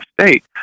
state